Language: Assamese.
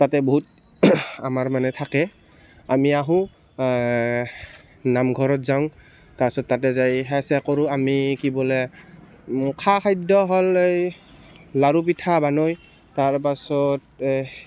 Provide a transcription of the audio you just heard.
তাতে বহুত আমাৰ মানে থাকে আমি আহোঁ নামঘৰত যাওঁ তাৰ পাছত তাতে যাই সেৱা চেৱা কৰোঁ আমি কি বোলে খা খাদ্য হ'ল এই লাৰু পিঠা বনায় তাৰ পাছত